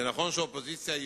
נכון שאופוזיציה היא